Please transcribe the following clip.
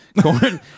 Corn